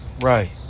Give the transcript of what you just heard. right